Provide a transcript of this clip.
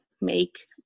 make